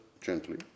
gently